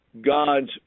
God's